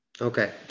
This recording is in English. Okay